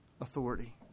authority